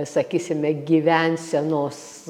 sakysime gyvensenos